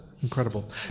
Incredible